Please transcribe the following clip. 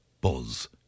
buzz